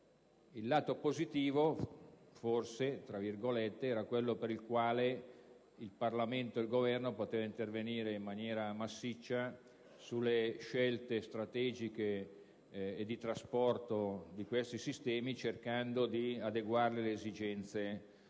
L'aspetto positivo, forse, era che il Parlamento e il Governo potevano intervenire in maniera massiccia sulle scelte strategiche e di trasporto di questi sistemi, cercando di adeguarle alle esigenze